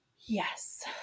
Yes